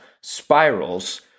spirals